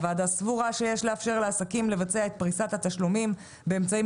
הוועדה סבורה שיש לאפשר לעסקים לבצע את פריסת התשלומים באמצעים